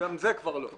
גם זה כבר לא.